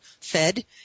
fed